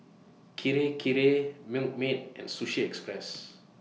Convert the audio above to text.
Kirei Kirei Milkmaid and Sushi Express